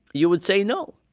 you would say no.